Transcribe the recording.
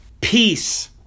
peace